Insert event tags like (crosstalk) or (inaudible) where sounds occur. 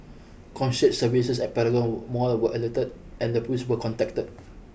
(unintelligible) services at Paragon mall were alerted and the police were contacted